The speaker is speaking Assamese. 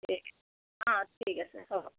অঁ ঠিক আছে হ'ব